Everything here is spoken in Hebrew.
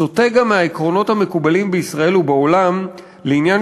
"סוטה גם מהעקרונות המקובלים בישראל ובעולם לעניין